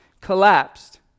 collapsed